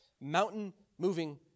mountain-moving